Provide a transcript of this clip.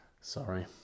sorry